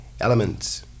elements